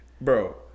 Bro